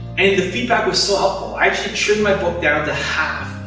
and the feedback was so helpful. i actually trimmed my book down to half.